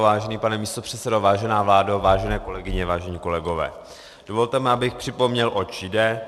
Vážený pane místopředsedo, vážená vládo, vážené kolegyně, vážení kolegové, dovolte mi, abych připomněl, oč jde.